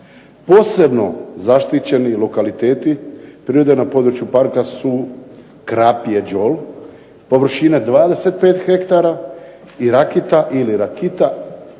Posebno zaštićeni lokaliteti prirode na području parka su Krapje đol površine 25 ha i Rakita ili Rakita